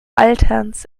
alterns